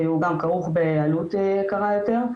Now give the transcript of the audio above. הוא גם כרוך בעלות יקרה יותר,